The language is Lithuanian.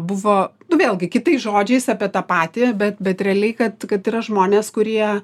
buvo nu vėlgi kitais žodžiais apie tą patį bet bet realiai kad kad yra žmonės kurie